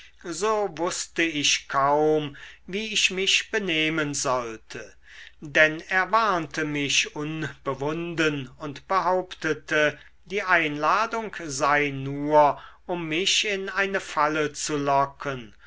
so wußte ich kaum wie ich mich benehmen sollte denn er warnte mich unbewunden und behauptete die einladung sei nur um mich in eine falle zu locken